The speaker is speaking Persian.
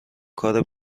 کار